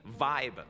vibe